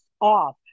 off